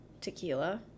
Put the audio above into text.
tequila